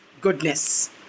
goodness